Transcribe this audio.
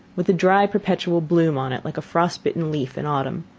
with a dry perpetual bloom on it, like a frost-bitten leaf in autumn.